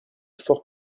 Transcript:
fort